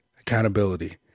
accountability